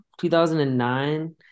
2009